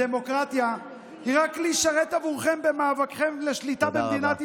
הדמוקרטיה היא רק כלי שרת עבורכם במאבקכם לשליטה במדינת ישראל,